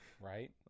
Right